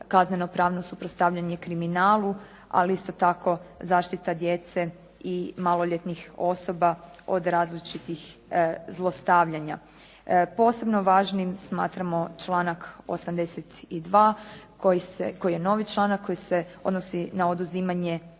kaznenopravno suprotstavljanje kriminali, ali isto tako zaštita djece i maloljetnih osoba od različitih zlostavljanja. Posebno važnim smatramo članak 82. koji je novi članak koji se odnosi na oduzimanje